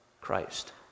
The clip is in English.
Christ